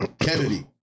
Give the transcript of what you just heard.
Kennedy